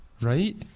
Right